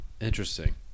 Interesting